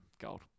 Gold